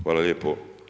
Hvala lijepo.